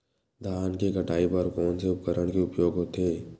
धान के कटाई बर कोन से उपकरण के उपयोग होथे?